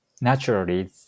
naturally